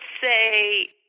say